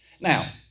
Now